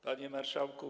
Panie Marszałku!